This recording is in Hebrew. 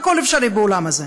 הכול אפשרי בעולם הזה,